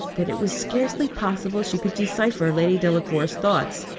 that it was scarcely possible she could decipher lady delacour's thoughts.